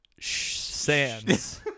Sands